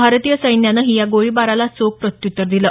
भारतीय सैन्यानंही या गोळीबाराला चोख प्रत्यूत्तर दिलं